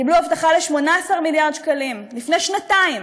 קיבלו הבטחה ל-18 מיליארד שקלים לפני שנתיים,